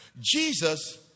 Jesus